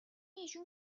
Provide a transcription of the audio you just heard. نشون